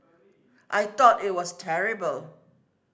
I thought it was terrible